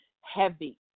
Heavy